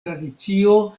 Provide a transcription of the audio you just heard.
tradicio